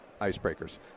icebreakers